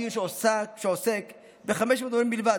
דיון שעוסק ב-500 מורים בלבד.